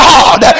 God